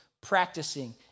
practicing